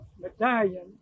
medallion